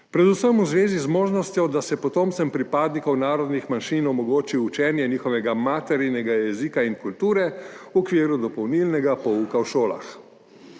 predvsem v zvezi z možnostjo, da se potomcem pripadnikov narodnih manjšin omogoči učenje njihovega maternega jezika in kulture v okviru dopolnilnega pouka v šolah.